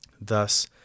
Thus